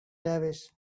davis